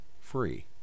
free